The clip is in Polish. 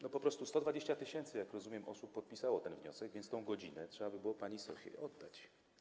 No, po prostu 120 tys., jak rozumiem, osób podpisało ten wniosek, więc tę godzinę trzeba by było pani Sosze oddać.